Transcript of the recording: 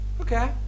Okay